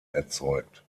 erzeugt